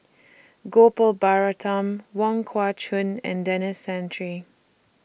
Gopal Baratham Wong Kah Chun and Denis Santry